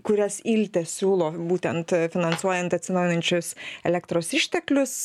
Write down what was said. kurias iltė siūlo būtent finansuojant atsinaujinančius elektros išteklius